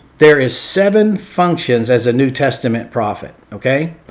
there is seven functions as a new testament prophet, okay?